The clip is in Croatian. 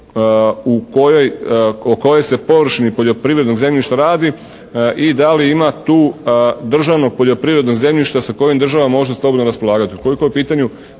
u kojoj, o kojoj se površini poljoprivrednog zemljišta radi i da li ima tu državnog poljoprivrednog zemljišta sa kojim država može slobodno raspolagati.